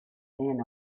then